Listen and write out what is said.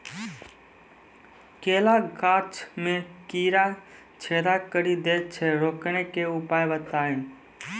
केला गाछ मे कीड़ा छेदा कड़ी दे छ रोकने के उपाय बताइए?